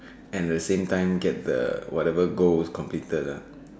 at the same time get the whatever goals completed lah